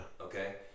Okay